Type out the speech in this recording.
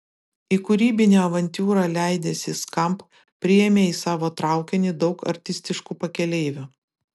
į kūrybinę avantiūrą leidęsi skamp priėmė į savo traukinį daug artistiškų pakeleivių